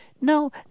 No